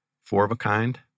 four-of-a-kind